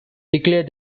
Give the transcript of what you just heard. declared